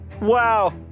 Wow